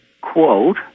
quote